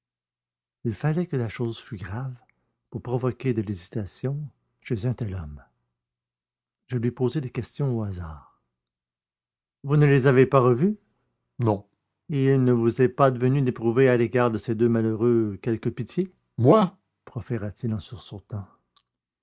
il fallait que la chose fût grave pour provoquer de l'hésitation chez un tel homme je lui posai des questions au hasard vous ne les avez pas revus non et il ne vous est pas advenu d'éprouver à l'égard de ces deux malheureux quelque pitié moi proféra t il en sursautant